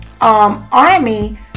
army